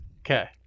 Okay